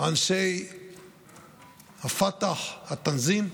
אנשי הפתח, התנזים,